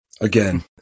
Again